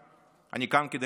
כדי להישאר,